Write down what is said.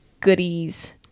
goodies